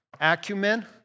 acumen